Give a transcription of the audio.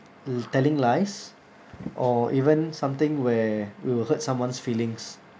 li~ telling lies or even something where we will hurt someone's feelings